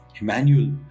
Emmanuel